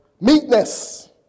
Meekness